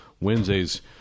Wednesday's